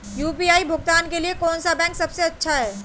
UPI भुगतान के लिए कौन सा बैंक सबसे अच्छा है?